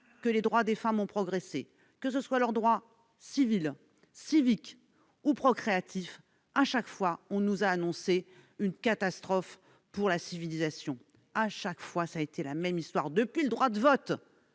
que les droits des femmes ont progressé, que ce soient leurs droits civils, civiques ou procréatifs, chaque fois on nous a annoncé une catastrophe pour la civilisation, chaque fois cela a été la même histoire. Quand les femmes